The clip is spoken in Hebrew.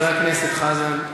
חבר הכנסת חזן,